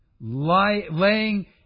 Laying